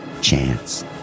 Chance